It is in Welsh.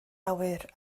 awyr